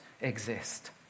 exist